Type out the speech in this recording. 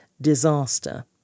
disaster